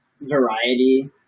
variety